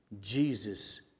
Jesus